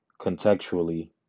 contextually